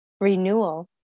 renewal